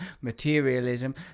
materialism